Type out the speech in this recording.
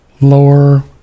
lower